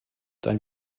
dein